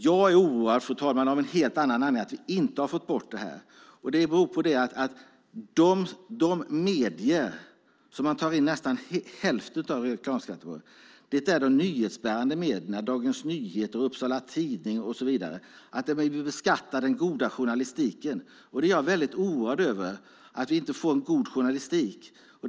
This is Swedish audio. Jag oroar mig av en helt annan anledning över att vi inte har fått bort reklamskatten. De medier som vi tar in nästan hälften av reklamskatten på är de nyhetsbärande medierna, till exempel Dagens Nyheter och Upsala Nya Tidning. Vi beskattar alltså den goda journalistiken, och jag oroar mig för att vi inte får en god journalistik.